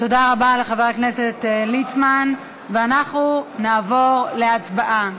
תודה רבה לחבר הכנסת ליצמן, ואנחנו נעבור להצבעה.